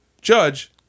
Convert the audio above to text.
judge